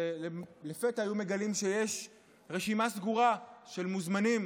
והם לפתע היו מגלים שיש רשימה סגורה של מוזמנים.